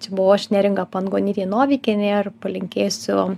čia buvau aš neringa pangonytė novikienė ir palinkėsiu